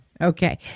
Okay